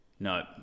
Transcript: No